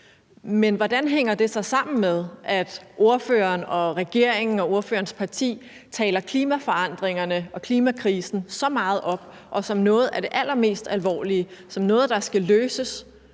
Men hvordan hænger det så sammen, at ordføreren, regeringen og ordførerens parti taler klimaforandringerne og klimakrisen så meget op – som noget af det allermest alvorlige; som noget, der skal løses